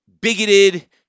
bigoted